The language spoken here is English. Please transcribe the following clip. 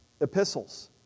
epistles